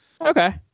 Okay